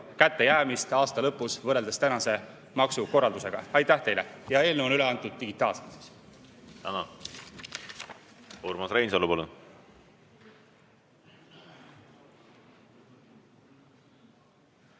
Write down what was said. kättejäämist aasta lõpus võrreldes praeguse maksukorraldusega. Aitäh teile! Eelnõu on üle antud digitaalselt.